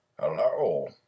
Hello